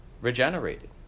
regenerated